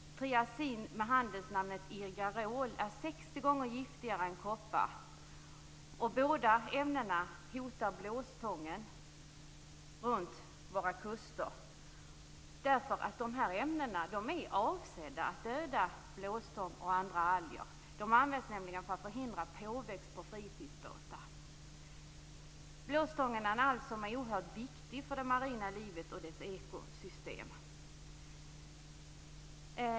Triazin, med handelsnamnet Irgarol, är 60 gånger giftigare än koppar. Båda ämnena hotar blåstången runt våra kuster. Dessa ämnen är avsedda att döda blåstång och andra alger; de används nämligen för att förhindra påväxt på fritidsbåtar. Blåstången är en alg som är oerhört viktig för det marina livet och dess ekosystem.